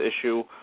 issue